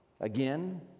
again